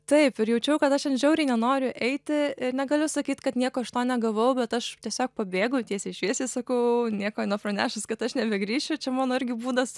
taip ir jaučiau kad aš ten žiauriai nenoriu eiti ir negaliu sakyt kad nieko iš to negavau bet aš tiesiog pabėgau tiesiai šviesiai sakau nieko nepranešus kad aš nebegrįšiu čia mano irgi būdas